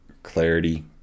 Clarity